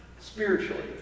spiritually